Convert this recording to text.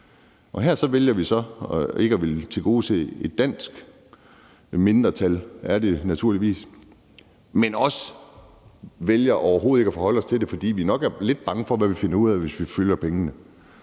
Her vælger vi så ikke at ville tilgodese et dansk mindretal – det er det naturligvis – men vi vælger også overhovedet ikke forholde os til det, fordi vi nok er lidt bange for, hvad vi finder ud af, hvis vi følger pengene.